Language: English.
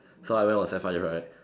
so everyone was sec five right